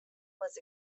was